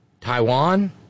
Taiwan